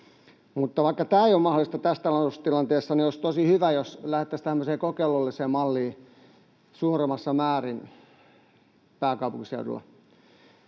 Mutta vaikka tämä ei ole mahdollista tässä taloustilanteessa, niin olisi tosi hyvä, jos lähdettäisiin suuremmassa määrin pääkaupunkiseudulla